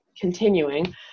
continuing